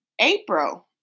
April